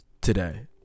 Today